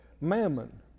mammon